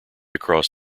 across